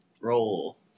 Roll